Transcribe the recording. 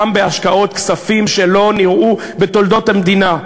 גם בהשקעות כספים שלא נראו בתולדות המדינה,